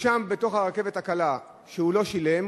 בתוך הרכבת הקלה נרשם שהוא לא שילם,